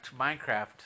Minecraft